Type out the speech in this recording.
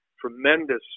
tremendous